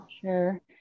Sure